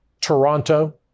Toronto